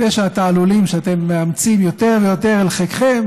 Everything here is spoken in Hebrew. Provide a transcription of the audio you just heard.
והתעלולים שאתם מאמצים יותר ויותר אל חיקכם,